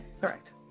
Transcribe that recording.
correct